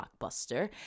Blockbuster